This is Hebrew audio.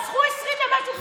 רצחו 20 ומשהו גברים?